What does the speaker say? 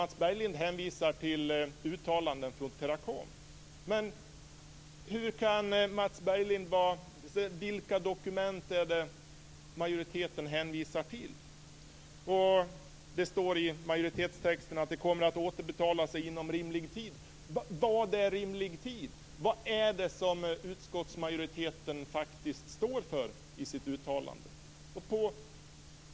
Mats Berglind hänvisar till uttalanden från Teracom. Men vilka dokument är det som majoriteten hänvisar till? Det står i majoritetstexten att det kommer att återbetala sig inom rimlig tid. Vad är "rimlig tid"? Vad är det som utskottsmajoriteten faktiskt står för i sitt uttalande?